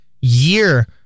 year